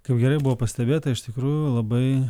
kaip gerai buvo pastebėta iš tikrųjų labai